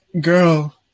Girl